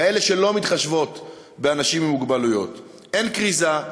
כאלה שלא מתחשבות באנשים עם מוגבלויות: אין כריזה,